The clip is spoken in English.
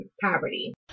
poverty